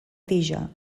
tija